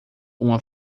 uma